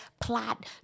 plot